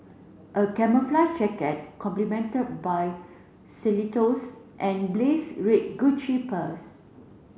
a camouflage jacket complemented by and blaze red Gucci purse